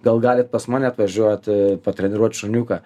gal galit pas mane atvažiuot po treniruot šuniuką